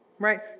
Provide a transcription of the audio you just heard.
right